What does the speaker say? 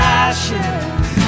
ashes